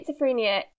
schizophrenia